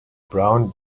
brown